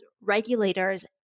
regulators